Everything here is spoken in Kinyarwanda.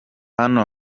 hano